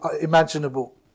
imaginable